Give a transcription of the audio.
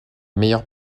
meilleurs